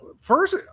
First